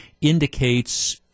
indicates